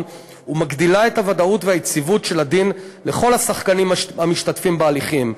ומגדילה את הוודאות והיציבות של הדין לכל השחקנים המשתתפים בהליכים,